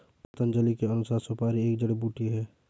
पतंजलि के अनुसार, सुपारी एक जड़ी बूटी है